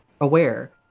aware